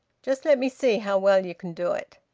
just let me see how well ye can do it.